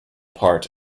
part